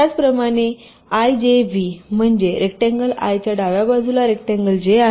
त्याचप्रमाणे ijv म्हणजे rectangle I च्या डाव्या बाजूला रेकटांगल j आहे